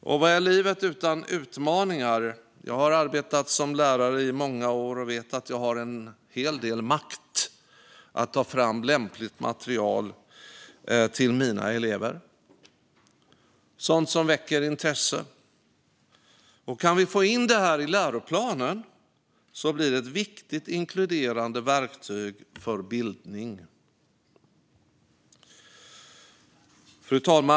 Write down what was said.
Och vad är livet utan utmaningar? Jag har arbetat som lärare i många år och vet att jag har en hel del makt när det gäller att ta fram lämpligt material till mina elever - sådant som väcker intresse. Kan vi få in en kulturkanon i läroplanen blir det ett viktigt inkluderande verktyg för bildning. Fru talman!